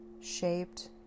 shaped